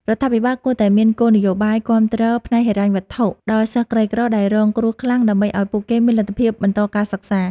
រដ្ឋាភិបាលគួរតែមានគោលនយោបាយគាំទ្រផ្នែកហិរញ្ញវត្ថុដល់សិស្សក្រីក្រដែលរងគ្រោះខ្លាំង ដើម្បីឱ្យពួកគេមានលទ្ធភាពបន្តការសិក្សា។